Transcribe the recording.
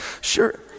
Sure